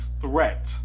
threat